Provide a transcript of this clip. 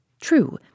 True